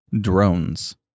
drones